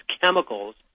chemicals